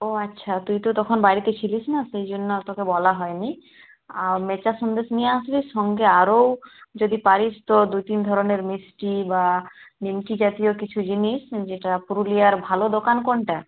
ও আচ্ছা তুই তো তখন বাড়িতে ছিলিস না সেইজন্য আর তোকে বলা হয়নি আর মেচা সন্দেশ নিয়ে আসবি সঙ্গে আরও যদি পারিস তো দু তিন ধরনের মিষ্টি বা নিমকি জাতীয় কিছু জিনিস যেটা পুরুলিয়ার ভালো দোকান কোনটা